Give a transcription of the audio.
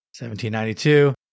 1792